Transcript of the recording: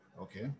okay